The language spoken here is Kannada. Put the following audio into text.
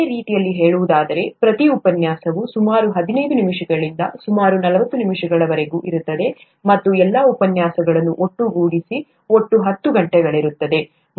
ಬೇರೆ ರೀತಿಯಲ್ಲಿ ಹೇಳುವುದಾದರೆ ಪ್ರತಿ ಉಪನ್ಯಾಸವು ಸುಮಾರು ಹದಿನೈದು ನಿಮಿಷಗಳಿಂದ ಸುಮಾರು ನಲವತ್ತು ನಿಮಿಷಗಳವರೆಗೆ ಇರುತ್ತದೆ ಮತ್ತು ಎಲ್ಲಾ ಉಪನ್ಯಾಸಗಳನ್ನು ಒಟ್ಟುಗೂಡಿಸಿ ಒಟ್ಟು ಹತ್ತು ಗಂಟೆಗಳಿರುತ್ತದೆ